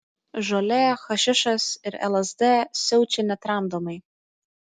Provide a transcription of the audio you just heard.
žolė hašišas ir lsd siaučia netramdomai